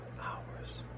hours